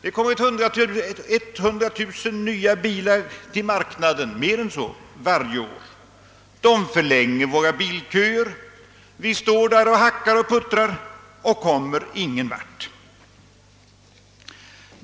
Mer än 100 000 bilar tillförs marknaden varje år — våra bilköer förlängs, vi står där och hackar och puttrar och kommer ingen vart.